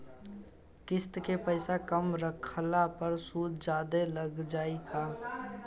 किश्त के पैसा कम रखला पर सूद जादे लाग जायी का?